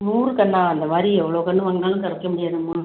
நூறு கன்னாக அந்தமாதிரி எவ்வளோ கன்று வாங்குனாலும் குறைக்க முடியாதும்மா